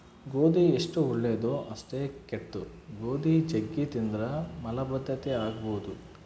ಗೋಧಿ ಎಷ್ಟು ಒಳ್ಳೆದೊ ಅಷ್ಟೇ ಕೆಟ್ದು, ಗೋಧಿ ಜಗ್ಗಿ ತಿಂದ್ರ ಮಲಬದ್ಧತೆ ಆಗಬೊದು